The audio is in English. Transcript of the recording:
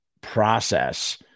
process